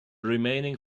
remaining